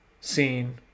scene